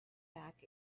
back